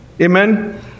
Amen